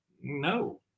no